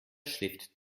schläft